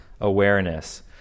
awareness